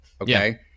okay